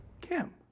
Kim